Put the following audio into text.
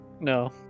No